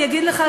אני אגיד לך,